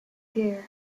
dear